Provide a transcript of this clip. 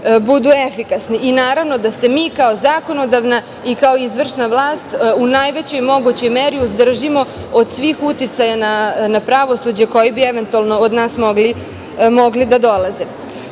budu efikasni. Naravno, i da se mi kao zakonodavna i kao izvršna vlast u najvećoj mogućoj meri uzdržimo od svih uticaja na pravosuđe koji bi, eventualno, od nas mogli da dolaze.U